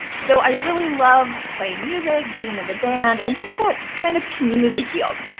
so i really loved playing music, being in the band, and just that kind of community field.